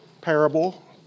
parable